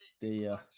the-